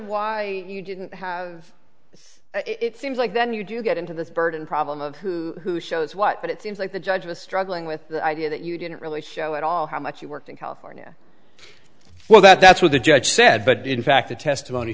why you didn't have this it seems like then you do get into this burden problem of who shows what but it seems like the judge was struggling with the idea that you didn't really show at all how much you worked in california well that's what the judge said but in fact the testimony